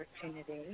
opportunity